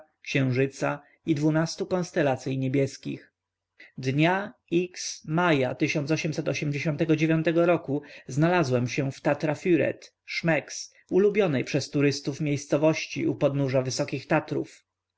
księżyca i dwunastu konstelacyj niebieskich dnia maja roku znalazłem się w tatrafred szmeks ulubionej przez turystów miejscowości u podnóża wysokich tatrów